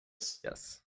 Yes